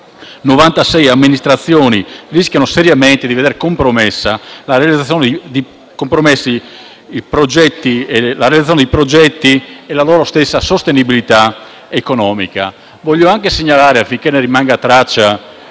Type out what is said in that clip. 96 amministrazioni rischiano seriamente di veder compromessa la realizzazione di progetti e la loro stessa sostenibilità economica. Voglio anche segnalare, affinché ne rimanga traccia